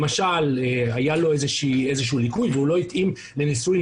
למשל היה לו איזה שהוא ליקוי והוא לא התאים לניסוי,